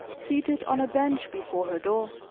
seated on a bench before her door.